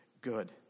good